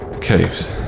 Caves